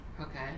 Okay